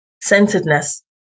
centeredness